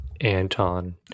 Anton